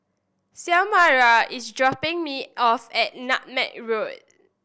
Xiomara is dropping me off at Nutmeg Road